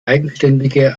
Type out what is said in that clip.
eigenständige